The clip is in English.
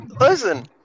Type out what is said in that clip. listen